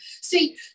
see